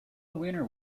winner